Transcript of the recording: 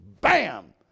bam